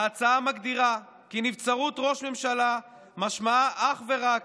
ההצעה מגדירה כי נבצרות ראש ממשלה משמעה אך ורק